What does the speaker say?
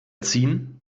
ziehen